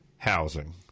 Housing